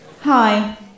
Hi